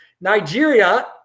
nigeria